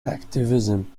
activism